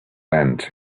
land